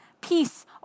peace